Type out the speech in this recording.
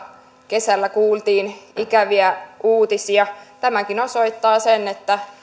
kesällä kuultiin ikäviä uutisia tämäkin osoittaa sen että